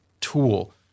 tool